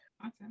Awesome